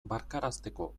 barkarazteko